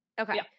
okay